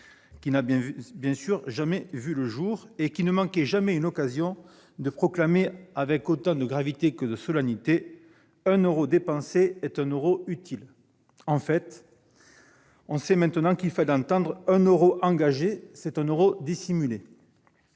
n'a bien sûr jamais vu le jour. La même ne manquait jamais une occasion de proclamer, avec autant de gravité que de solennité, qu'« un euro dépensé est un euro utile »! On sait maintenant qu'il fallait entendre : un euro engagé est un euro dissimulé